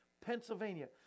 Pennsylvania